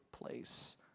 place